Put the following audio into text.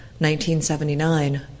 1979